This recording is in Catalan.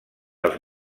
els